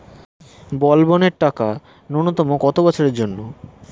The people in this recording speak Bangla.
বলবনের টাকা ন্যূনতম কত বছরের জন্য?